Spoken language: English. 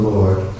Lord